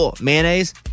Mayonnaise